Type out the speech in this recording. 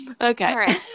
Okay